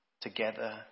Together